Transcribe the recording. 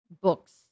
books